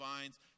vines